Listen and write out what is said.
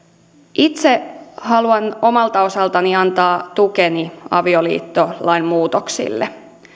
itse haluan omalta osaltani antaa tukeni avioliittolain muutoksille